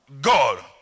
God